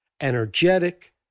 energetic